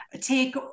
Take